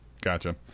Gotcha